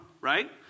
right